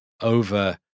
over